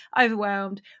overwhelmed